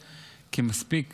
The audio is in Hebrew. כי מספיק